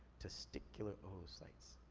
testicular ovule sites.